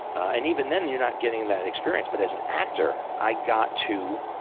and even then, you're not getting that experience. but as an actor, i got to